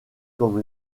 comme